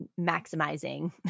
maximizing